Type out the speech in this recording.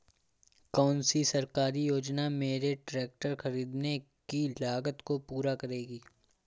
कौन सी सरकारी योजना मेरे ट्रैक्टर ख़रीदने की लागत को पूरा करेगी?